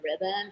rhythm